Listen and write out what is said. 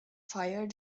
fired